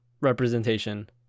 representation